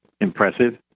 Impressive